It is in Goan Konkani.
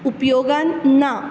उपयोगान ना